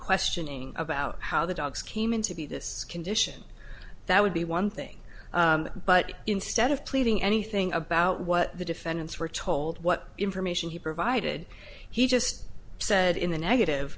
questioning about how the dogs came in to be this condition that would be one thing but instead of pleading anything about what the defendants were told what information he provided he just said in the negative